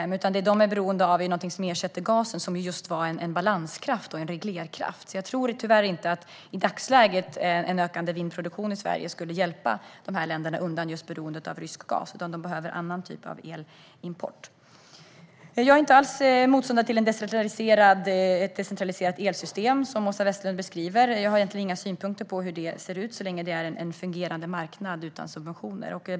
Det Baltikum har behov av är någonting som ersätter gasen, som var en balanskraft och en reglerkraft. I dagsläget tror jag tyvärr inte att en ökande vindkraftsproduktion i Sverige skulle hjälpa de här länderna undan beroendet av rysk gas. De behöver en annan typ av elimport. Jag är inte alls motståndare till ett sådant decentraliserat elsystem som Åsa Westlund beskriver. Jag har egentligen inga synpunkter på hur det ser ut så länge det är en fungerande marknad utan subventioner.